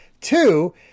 Two